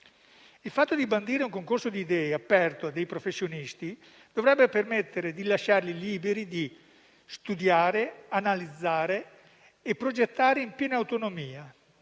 Il fatto di bandire un concorso di idee aperto a dei professionisti dovrebbe permettere di lasciarli liberi di studiare, analizzare e progettare in piena autonomia.